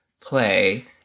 play